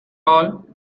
all